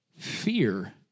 Fear